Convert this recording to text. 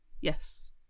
Yes